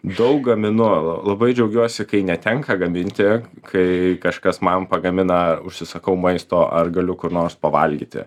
daug gaminu labai džiaugiuosi kai netenka gaminti kai kažkas man pagamina užsisakau maisto ar galiu kur nors pavalgyti